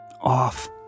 off